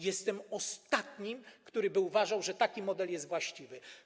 Jestem ostatnim, który by uważał, że taki model jest właściwy.